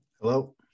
Hello